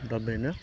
दा बेनो